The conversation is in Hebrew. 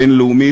הבין-לאומי,